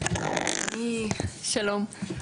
שלום.